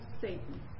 Satan